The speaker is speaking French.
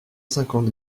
cinquante